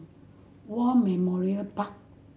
War Memorial Park